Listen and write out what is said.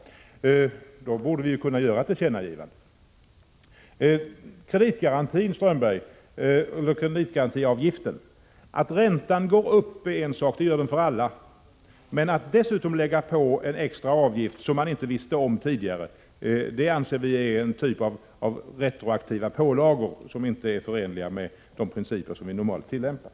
Då borde ju riksdagen kunna göra ett tillkännagivande. Så till kreditgarantiavgiften, Håkan Strömberg. Att räntan går upp är en sak, det gör den för alla, men att man dessutom vill lägga på en extra avgift som låntagaren inte visste om tidigare anser vi vara en sorts retroaktiv pålaga som inte är förenlig med de principer vi normalt tillämpar.